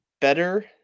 better